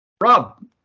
Rob